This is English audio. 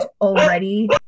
already